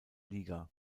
liga